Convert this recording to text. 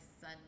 son